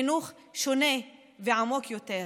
חינוך שונה ועמוק יותר,